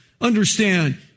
Understand